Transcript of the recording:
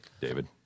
David